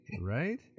Right